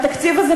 והתקציב הזה,